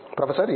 professor S